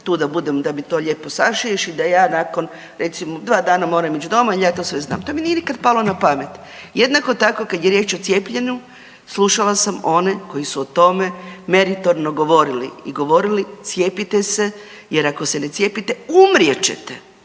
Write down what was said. tu da budem da mi to lijepo sašiješ i da ja nakon recimo dva dana moram ići doma jel ja to sve znam, to mi nikad nije palo na pamet. Jednako tako kad je riječ o cijepljenju slušala sam one koji su o tome meritorno govorili i govorili cijepite se jer ako se ne cijepite umrijet